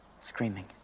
Screaming